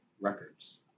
records